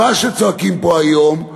בצורה שצועקים פה היום,